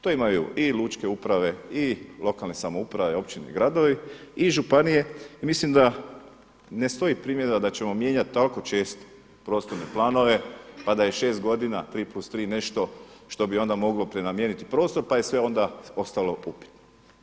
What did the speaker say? To imaju i lučke uprave i lokalne samouprave, općine i gradovi i županije i mislim da ne stoji primjedba da ćemo mijenjati toliko često prostorne planove pa da i šest godina tri plus tri nešto što bi onda moglo prenamijeniti prostor pa je sve onda ostalo upitno.